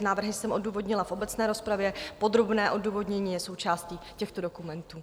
Návrhy jsem odůvodnila v obecné rozpravě, podrobné odůvodnění je součástí těchto dokumentů.